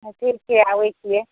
हँ ठीक छिए आबै छिए